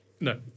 No